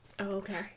okay